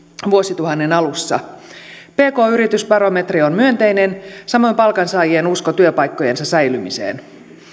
vuosituhannen alussa pk yritysbarometri on myönteinen samoin palkansaajien usko työpaikkojensa säilymiseen